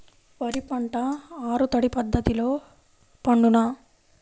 వరి పంట ఆరు తడి పద్ధతిలో పండునా?